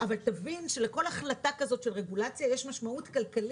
אבל תבין שלכל החלטה כזאת של רגולציה יש משמעות כלכלית,